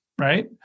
Right